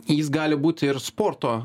jis gali būti ir sporto